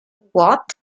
what